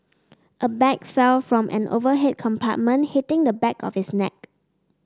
a bag fell from an overhead compartment hitting the back of his neck